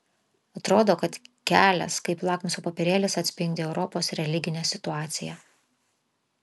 atrodo kad kelias kaip lakmuso popierėlis atspindi europos religinę situaciją